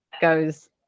goes